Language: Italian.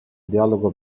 dialogo